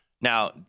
Now